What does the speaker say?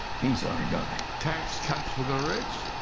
he's our guy. tax cuts for the rich,